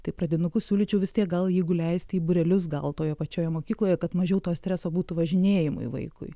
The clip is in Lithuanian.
tai pradinukus siūlyčiau vis tiek gal jeigu leisti į būrelius gal toje pačioje mokykloje kad mažiau to streso būtų važinėjimui vaikui